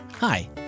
Hi